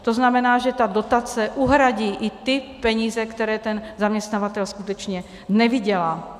To znamená, že dotace uhradí i ty peníze, které ten zaměstnavatel skutečně nevydělá.